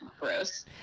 Gross